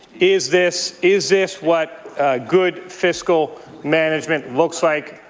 is this is this what good physical management looks like,